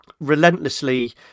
relentlessly